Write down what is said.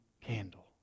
candle